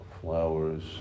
flowers